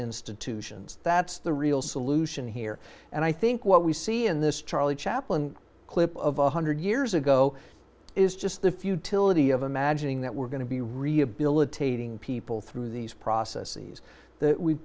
institutions that's the real solution here and i think what we see in this charlie chaplin clip of one hundred years ago is just the futility of imagining that we're going to be rehabilitating people through these processes that we've